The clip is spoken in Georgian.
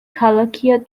ქალაქია